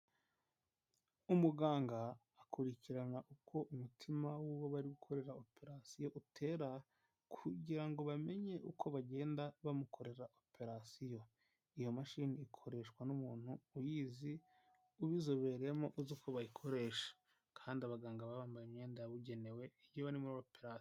Umuganga akurikirana uko umutima w'uwo bari gukorera operasiyo utera kugira ngo bamenye uko bagenda bamukorera operatisiyo. Iyo mashini ikoreshwa n'umuntu uyizi, ubizobereyemo uzi uko bayikoresha, kandi abaganga baba bambaye imyenda yabugenewe iyo bari muri opera.